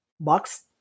box